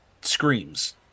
screams